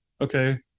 okay